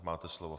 Máte slovo.